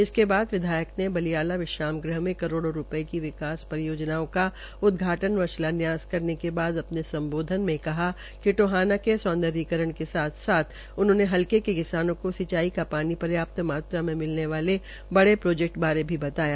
इसके उपरान्त विधायक ने बलियाला विश्राम गृह मे करोड़ो रूपये की विकास परियोजनाओं का उदघाटन व शिलान्यास करने के अपने सम्बोधन मे कहा कि टोहाना के सौन्द्रीयकरण के साथ साथ उन्होंने हलके के किसानों को सिंचाई का पानी पर्याप्त मात्रा में मिलने वाले बड़े प्रोजेक्ट बारे भी बताया